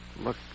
Look